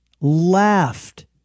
laughed